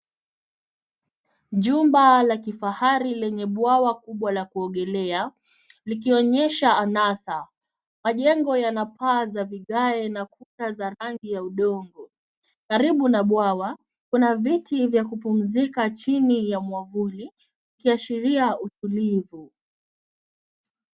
Jumba la kifahari lenye bwawa kubwa la kuogelea likionyesha anasa. Majengo yana paa za vigae na kuta za rangi ya udongo. Karibu na bwawa kuna viti vya kupumzika chini ya mwavuli kuashiria utulivu.